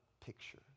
picture